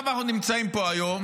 אנחנו נמצאים פה היום